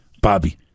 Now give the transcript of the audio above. Bobby